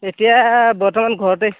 এতিয়া বৰ্তমান ঘৰতেই